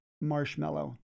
marshmallow